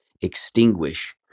extinguish